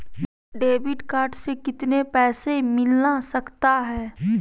Debit card से कितने पैसे मिलना सकता हैं?